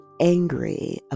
angry